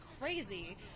crazy